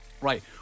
Right